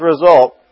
result